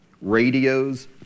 radios